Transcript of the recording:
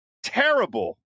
Terrible